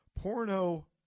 porno